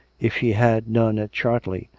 if she had none at chartley,